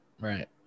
Right